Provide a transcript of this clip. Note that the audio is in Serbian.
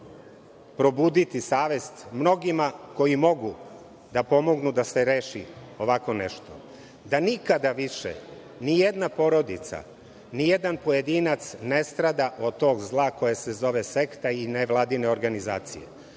probuditi savest mnogima koji mogu da pomognu da se reši ovako nešto, da nikada više nijedna porodica, nijedan pojedinac ne strada od tog zla koje se zove sekta i nevladine organizacije.